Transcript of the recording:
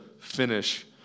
finish